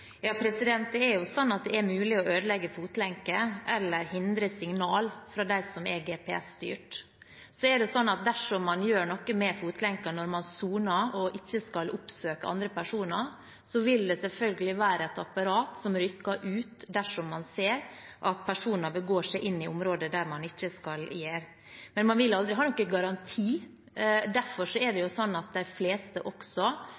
Det er mulig å ødelegge en fotlenke eller hindre signal fra dem som er GPS-styrt. Så er det slik at dersom man gjør noe med fotlenken når man soner og ikke skal oppsøke andre personer, vil det selvfølgelig være et apparat som rykker ut, dersom man ser at personer beveger seg inn i områder der de ikke skal være. Men man vil aldri ha noen garanti. Derfor er det